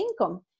income